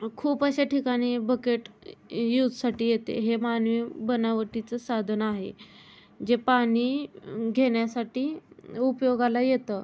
खूप अशा ठिकाणी बकेट यूजसाठी येते हे मानवी बनावटीचं साधन आहे जे पाणी घेण्यासाठी उपयोगाला येतं